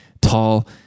tall